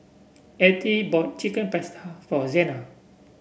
Ethie bought Chicken Pasta for Zena